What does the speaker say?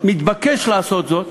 מתבקש לעשות זאת.